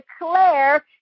declare